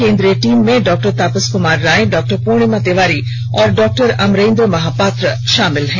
केन्द्रीय टीम में डॉक्टर तापस कुमार राय डॉ पूर्णिमा तिवारी और डा अमरेन्द्र महापात्रा शामिल हैं